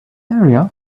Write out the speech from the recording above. area